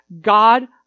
God